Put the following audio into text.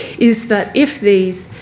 is that if these